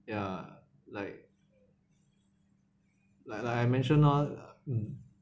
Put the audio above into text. ya like like like I mention lor uh mm